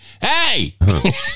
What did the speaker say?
hey